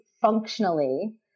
functionally